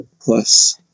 plus